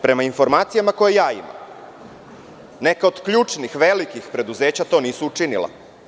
Prema informacijama koje ja imam, neka od ključnih velikih preduzeća to nisu učinila.